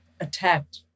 attacked